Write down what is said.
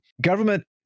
government